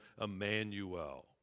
Emmanuel